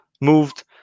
moved